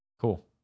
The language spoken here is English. Cool